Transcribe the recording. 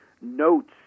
notes